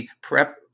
prep